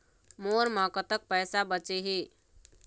मोर म कतक पैसा बचे हे?